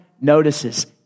notices